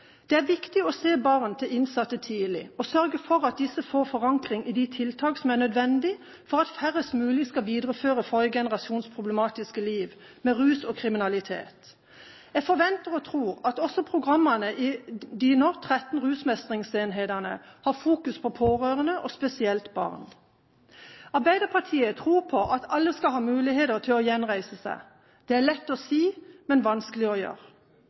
Det er viktig å se barn til innsatte tidlig og sørge for at disse får forankring i de tiltak som er nødvendig for at færrest mulig skal videreføre forrige generasjons problematiske liv, med rus og kriminalitet. Jeg forventer – og tror – at også programmene i de nå 13 rusmestringsenhetene har fokus på pårørende, spesielt på barn. Arbeiderpartiet tror på at alle skal ha muligheter til å reise seg igjen. Det er lett å si, men vanskelig å gjøre.